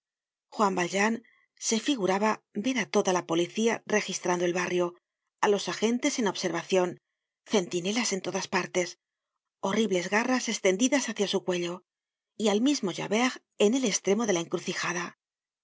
juan valjean se figuraba ver á toda la policía registrando el barrio á los agentes en observacion centinelas en todas partes horribles garras estendidas hácia su cuello y al mismo javert en el estremo de la encrucijada